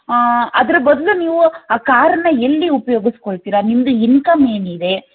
ಆಂ ಅದರ ಬದಲು ನೀವು ಆ ಕಾರನ್ನು ಎಲ್ಲಿ ಉಪಯೋಗಿಸ್ಕೊಳ್ತಿರಾ ನಿಮ್ಮದು ಇನ್ಕಮ್ ಏನಿದೆ